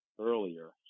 earlier